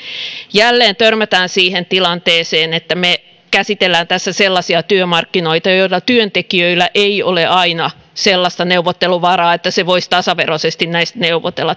jälleen törmätään siihen tilanteeseen että me käsittelemme tässä sellaisia työmarkkinoita joilla työntekijöillä ei ole aina sellaista neuvotteluvaraa että se voisi tasaveroisesti näistä neuvotella